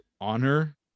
honor